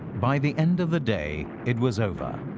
by the end of the day it was over,